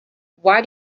why